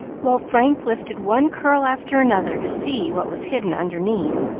while frank lifted one curl after another to see what was hidden underneath.